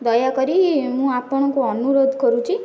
ଦୟାକରି ମୁଁ ଆପଣଙ୍କୁ ଅନୁରୋଧ କରୁଛି